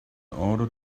order